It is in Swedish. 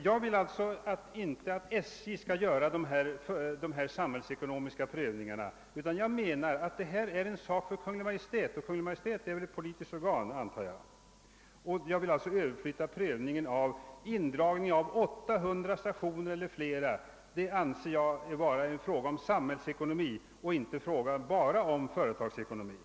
Jag vill alltså inte att SJ skall göra dessa samhällsekonomiska prövningar, utan jag menar att detta är en sak för Kungl. Maj:t, och Kungl. Maj:t är väl ett politiskt organ. En indragning av 800 stationer eller mer anser jag vara en samhälls ekonomisk fråga och inte enbart en företagsekonomisk.